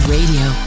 Radio